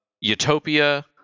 utopia